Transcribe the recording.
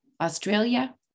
Australia